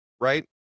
Right